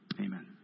Amen